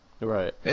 Right